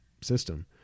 system